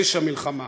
פשע מלחמה.